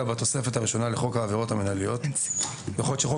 בתוספת הראשונה של חוק העבירות המינהליות אני מניח שחוק